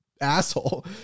asshole